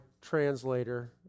translator